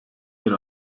bir